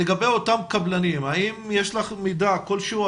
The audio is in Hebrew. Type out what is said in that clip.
לגבי אותם קבלנים, האם יש לך מידע כלשהו?